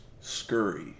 scurry